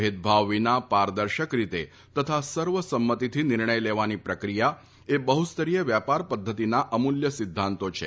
ભેદભાવ વિના પારદર્શક રીતે તથા સર્વસંમતીથી નિર્ણય લેવાની પ્રક્રિયા એ બહુસ્તરીય વેપાર પધ્ધતીના અમૂલ્ય સિધ્ધાંતો છે